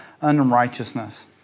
unrighteousness